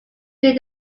their